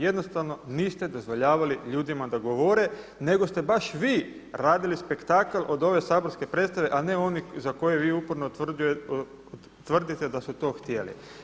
Jednostavno niste dozvoljavali ljudima da govore, nego ste baš vi radili spektakl od ove saborske predstave, a ne oni za koje vi uporno tvrdite da su to htjeli.